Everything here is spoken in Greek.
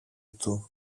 του